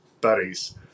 buddies